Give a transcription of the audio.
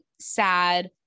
sad